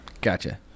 Gotcha